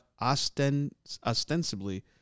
ostensibly